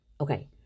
Okay